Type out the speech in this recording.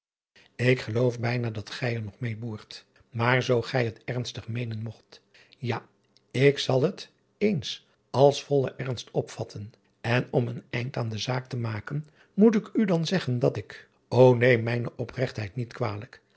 k geloof bijna dat gij er nog meê boert maar zoo gij het ernstig meenen mogt ja ik zal het eens als vollen ernst opvatten en om een eind aan de zaak te maken moet ik u dan zeggen dat ik ô neem mijne opregtheid niet kwalijk